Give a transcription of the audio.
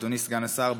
אדוני סגן השר,